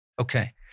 Okay